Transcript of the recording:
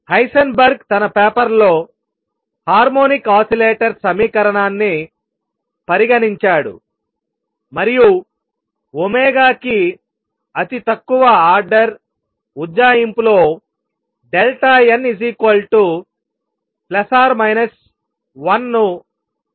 Heisenberg తన పేపర్లో harmonic oscillator సమీకరణాన్ని పరిగణించాడు మరియు కి అతి తక్కువ ఆర్డర్ ఉజ్జాయింపులో n1 ను పొందారు